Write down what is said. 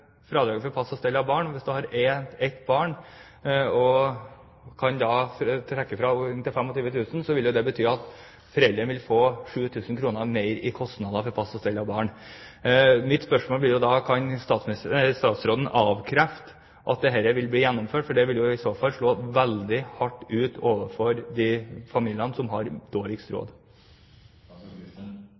fradraget for pass og stell av barn og man har ett barn og kan trekke fra inntil 25 000 kr, vil det bety at foreldrene vil få 7 000 kr mer i kostnader for pass og stell av barn. Mitt spørsmål blir da: Kan statsråden avkrefte at dette vil bli gjennomført? Det vil i så fall slå veldig hardt ut for de familiene som har dårligst